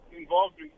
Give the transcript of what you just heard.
involved